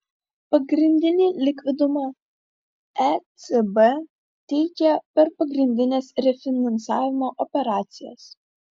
pagrindinį likvidumą ecb teikia per pagrindines refinansavimo operacijas